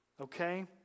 Okay